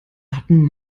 hatten